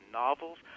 novels